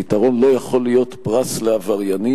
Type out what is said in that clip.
הפתרון לא יכול להיות פרס לעבריינים.